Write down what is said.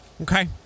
Okay